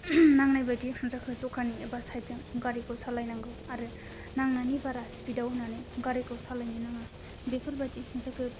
नांनाय बायदि जोखो जखानि एबा साइडजों गारिखौ सालायनांगौ आरो नांनायनि बारा स्पिडाव होनानै गारिखौ सालायनो नाङा बेफोरबायदि जोगोद